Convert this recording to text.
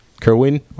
Kerwin